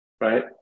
right